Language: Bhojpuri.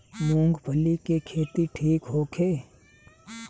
मूँगफली के खेती ठीक होखे?